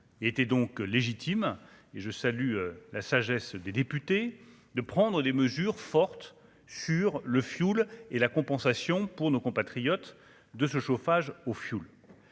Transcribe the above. Il était donc légitime et je salue la sagesse des députés de prendre les mesures fortes sur le fioul et la compensation pour nos compatriotes de ce chauffage au fioul.